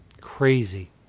Crazy